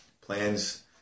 plans